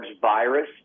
virus